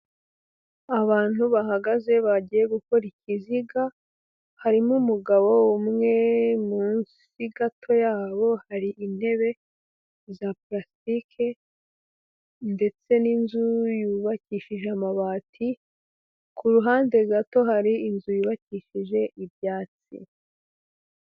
Abantu bahagaze bagiye gukora ikiziga, harimo umugabo umwe, munsi gato yabo hari intebe za parasitike ndetse n'inzu yubakishije amabati, ku ruhande gato hari inzu yubakishije ibyatsi.